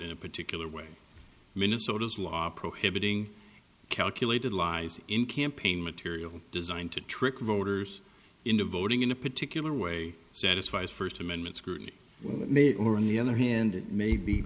in a particular way minnesota's law prohibiting calculated lies in campaign material designed to trick voters into voting in a particular way satisfies first amendment scrutiny when it may or on the other hand it may be